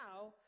now